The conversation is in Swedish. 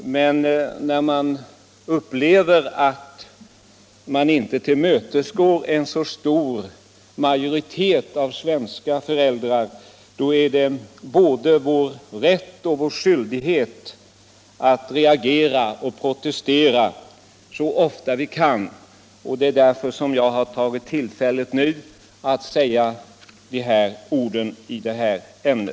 Men när Sveriges Radio inte tillmötesgår önskemålen från en stor majoritet av svenska föräldrar är det både vår rätt och vår skyldighet att reagera och protestera så ofta vi kan. Det är därför som jag nu har tagit tillfället i akt att uttala mig i detta ämne.